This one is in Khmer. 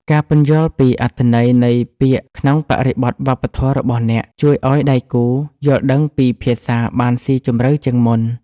ការពន្យល់ពីអត្ថន័យនៃពាក្យក្នុងបរិបទវប្បធម៌របស់អ្នក ជួយឱ្យដៃគូយល់ដឹងពីភាសាបានស៊ីជម្រៅជាងមុន។